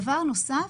דבר נוסף,